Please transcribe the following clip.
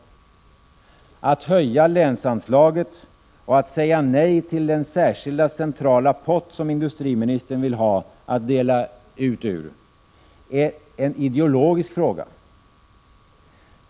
Huruvida man skall höja länsanslaget och säga nej till den särskilda centrala pott som industriministern vill ha att dela ut ur är en ideologisk fråga.